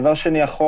דבר שני,